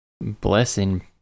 Blessing